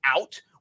out